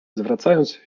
zwracając